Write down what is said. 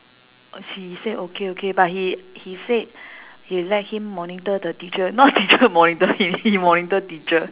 he said okay okay but he he said he let him monitor the teacher not teacher monitor him he monitor teacher